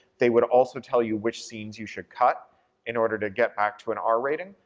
they would also tell you which scenes you should cut in order to get back to an r rating,